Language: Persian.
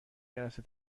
جلسه